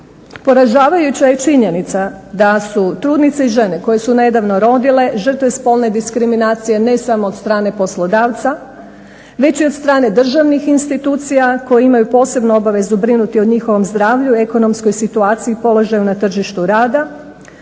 Poražavajuća je činjenica da su trudnice i žene koje su nedavno rodile žrtve spolne diskriminacije ne samo od strane poslodavca, već i od strane državnih institucija koje imaju posebnu obavezu brinuti o njihovom zdravlju, ekonomskoj situaciji, položaju na tržištu rada.